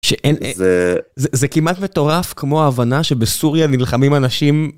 שאין... זה כמעט מטורף כמו ההבנה שבסוריה נלחמים אנשים...